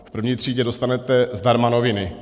V první třídě dostanete zdarma noviny.